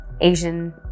Asian